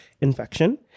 infection